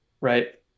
right